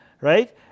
right